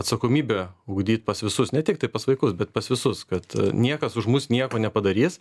atsakomybę ugdyt pas visus ne tiktai pas vaikus bet pas visus kad niekas už mus nieko nepadarys